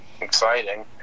exciting